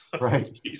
right